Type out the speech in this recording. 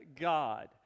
God